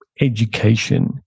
education